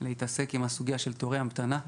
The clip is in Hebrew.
להתעסק בסוגיה של זמני המתנה.